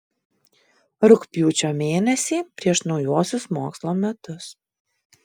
rugpjūčio mėnesį prieš naujuosius mokslo metus